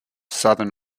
southern